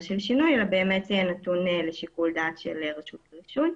של שינוי אלא באמת זה יהיה נתון לשיקול דעת של רשות הרישוי.